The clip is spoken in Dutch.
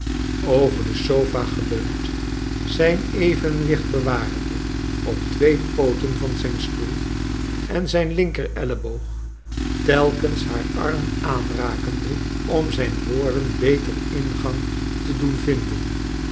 over de sofa geleund zijn evenwicht bewarende op twee pooten van zijn stoel en zijn linker elleboog telkens haar arm aanrakende om zijn woorden beter ingang te doen vinden